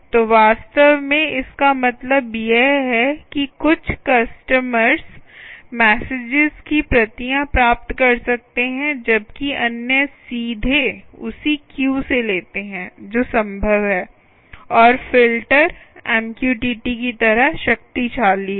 तो वास्तव में इसका मतलब यह है कि कुछ कस्टमर्स मेसेजस की प्रतियां प्राप्त कर सकते हैं जबकि अन्य सीधे उसी क्यू से लेते हैं जो संभव है और फिल्टर एमक्यूटीटी की तरह शक्तिशाली हैं